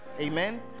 Amen